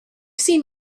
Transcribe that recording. seen